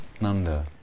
Nanda